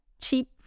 cheap